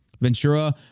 Ventura